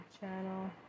channel